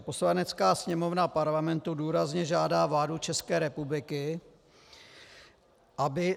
Poslanecká sněmovna Parlamentu důrazně žádá vládu České republiky, aby